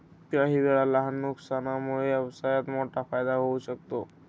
काहीवेळा लहान नुकसानामुळे व्यवसायात मोठा फायदा होऊ शकतो